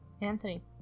Anthony